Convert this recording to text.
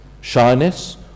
shyness